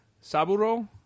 Saburo